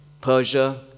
persia